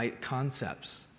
concepts